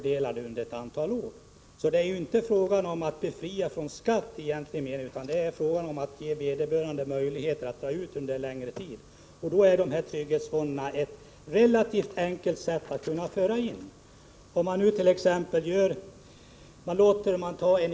Det är som sagt inte fråga om att befria någon från skatt i egentlig mening utan om att ge vederbörande möjlighet att ta ut inkomsterna under en längre tid. Då är trygghetsfonderna ett sätt som är relativt enkelt att införa.